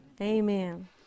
Amen